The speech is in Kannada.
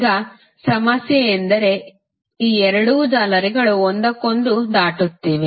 ಈಗ ಸಮಸ್ಯೆ ಎಂದರೆ ಈ ಎರಡು ಜಾಲರಿಗಳು ಒಂದಕ್ಕೊಂದು ದಾಟುತ್ತಿವೆ